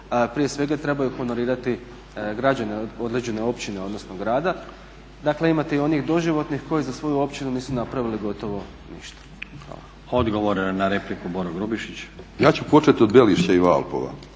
prije svega trebaju honorirati građani određene općine odnosno grada. Dakle, imate i onih doživotnih koji za svoju općinu nisu napravili gotovo ništa. Hvala. **Stazić, Nenad (SDP)** Odgovor